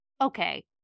okay